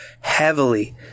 heavily